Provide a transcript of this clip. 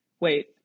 Wait